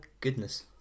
goodness